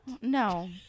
No